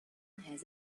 has